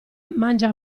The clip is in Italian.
mangia